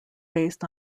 based